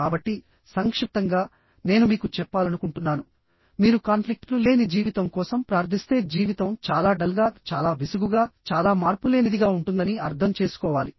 కాబట్టి సంక్షిప్తంగా నేను మీకు చెప్పాలనుకుంటున్నాను మీరు కాన్ఫ్లిక్ట్ లు లేని జీవితం కోసం ప్రార్థిస్తే జీవితం చాలా డల్ గా చాలా విసుగుగా చాలా మార్పులేనిదిగా ఉంటుందని అర్థం చేసుకోవాలి